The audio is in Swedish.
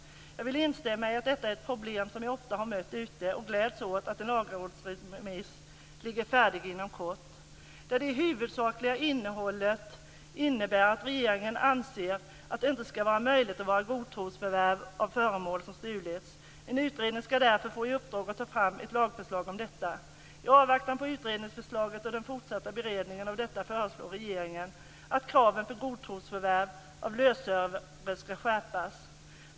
Jag vill instämma i att detta är ett problem som jag ofta har mött ute, och jag gläds åt att en lagrådsremiss ligger färdig inom kort. Det sakliga innehållet är att regeringen anser att det inte skall vara möjligt att göra godtrosförvärv av föremål som stulits. En utredning skall därför få i uppdrag att ta fram ett lagförslag om detta. I avvaktan på utredningsförslaget och den fortsatta beredningen av detta föreslår regeringen att kraven för godtrosförvärv av lösöre skall skärpas.